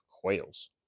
quails